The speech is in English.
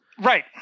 Right